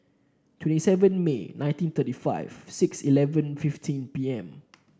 twenty seven May nineteen thirty five six eleven fifteen P M